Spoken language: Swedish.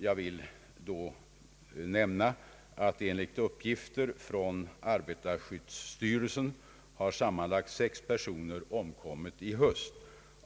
Jag vill då nämna att enligt uppgifter från arbetarskyddsstyrelsen har sammanlagt sex personer omkommit i höst.